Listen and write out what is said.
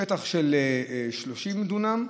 שטח של 30 דונם.